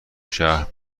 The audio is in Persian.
شهر